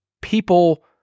People